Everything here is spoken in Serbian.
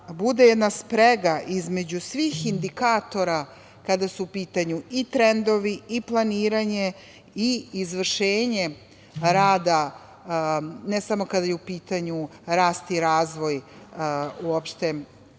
bude jedna sprega između svih indikatora kada su u pitanju i trendovi i planiranje i izvršenje rada, ne samo kada je u pitanju rast i razvoj, uopšte